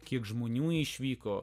kiek žmonių išvyko